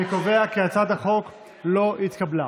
אני קובע כי הצעת החוק לא התקבלה.